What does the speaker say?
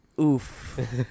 Oof